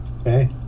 Okay